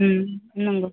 नंगौ